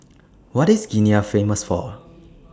What IS Guinea Famous For